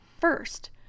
First